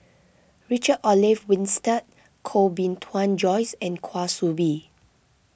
Richard Olaf Winstedt Koh Bee Tuan Joyce and Kwa Soon Bee